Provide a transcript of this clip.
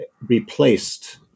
replaced